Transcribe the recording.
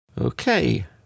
Okay